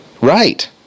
Right